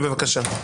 בבקשה.